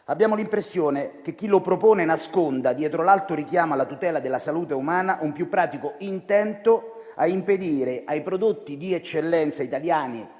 Abbiamo l'impressione che chi lo propone nasconda - dietro l'alto richiamo alla tutela della salute umana - un più pratico intento a impedire ai prodotti di eccellenza italiani,